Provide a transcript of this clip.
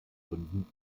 gründen